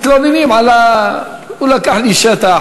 מתלוננים: הוא לקח לי שטח,